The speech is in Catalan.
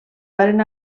varen